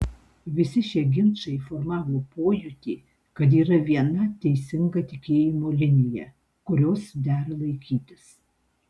visi šie ginčai formavo pojūtį kad yra viena teisinga tikėjimo linija kurios dera laikytis